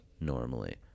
normally